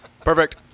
perfect